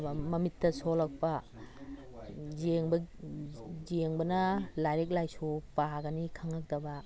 ꯃꯃꯤꯠꯇ ꯁꯣꯛꯂꯛꯄ ꯌꯦꯡꯕꯅ ꯂꯥꯏꯔꯤꯛ ꯂꯥꯏꯁꯨ ꯄꯥꯒꯅꯤ ꯈꯪꯉꯛꯇꯕ